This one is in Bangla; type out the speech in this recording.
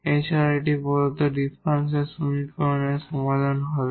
এছাড়াও এটা প্রদত্ত ডিফারেনশিয়াল সমীকরণের সমাধান হবে